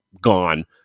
gone